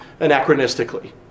anachronistically